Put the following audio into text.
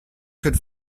could